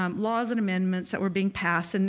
um laws and amendments that were being passed, and